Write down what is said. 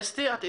אסתי, בבקשה.